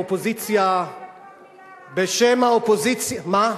בשם האופוזיציה, בשם האופוזיציה, מה?